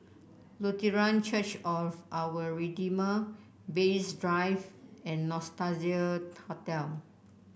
Lutheran Church of Our Redeemer Bay East Drive and Nostalgia Hotel